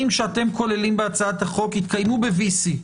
שאתם כוללים בהצעת החוק יתקיימו ב-VC,